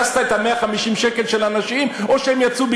הנתונים, אז